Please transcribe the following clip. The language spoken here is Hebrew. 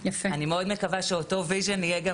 אני מאוד מקווה שאותו Vision יהיה גם